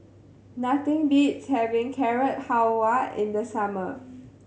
nothing beats having Carrot Halwa in the summer